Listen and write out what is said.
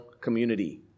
community